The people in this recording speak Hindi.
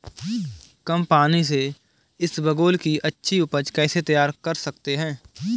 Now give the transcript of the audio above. कम पानी से इसबगोल की अच्छी ऊपज कैसे तैयार कर सकते हैं?